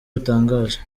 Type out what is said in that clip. butangaje